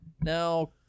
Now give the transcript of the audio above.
Now